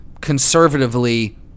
conservatively